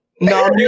No